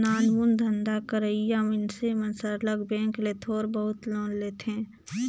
नानमुन धंधा करइया मइनसे मन सरलग बेंक ले थोर बहुत लोन लेथें